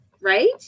right